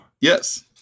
Yes